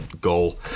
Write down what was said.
goal